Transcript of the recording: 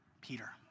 Peter